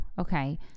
okay